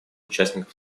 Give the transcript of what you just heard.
участников